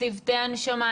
צוותי הנשמה,